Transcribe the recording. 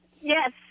Yes